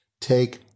take